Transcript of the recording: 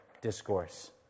Discourse